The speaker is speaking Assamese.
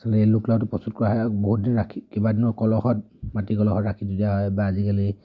আচলতে এই লোক লাওটো প্ৰস্তুত কৰা হয় বহুত দিন ৰাখি কেইবা দিনো কলহত মাটি কলহত ৰাখি থোৱা হয় বা আজিকালি